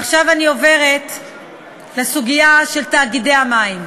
ועכשיו אני עוברת לסוגיה של תאגידי המים.